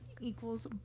equals